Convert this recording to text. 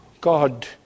God